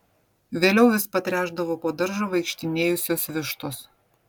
vėliau vis patręšdavo po daržą vaikštinėjusios vištos